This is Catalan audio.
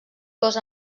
cos